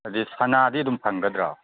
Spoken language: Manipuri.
ꯑꯗꯒꯤ ꯁꯅꯥꯗꯤ ꯑꯗꯨꯝ ꯐꯪꯒꯗ꯭ꯔꯣ